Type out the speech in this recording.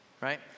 right